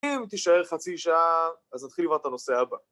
אם תישאר חצי שעה, אז נתחיל כבר את הנושא הבא.